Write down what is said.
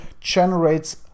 generates